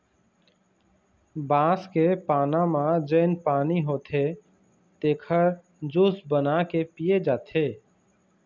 बांस के पाना म जेन पानी होथे तेखर जूस बना के पिए जाथे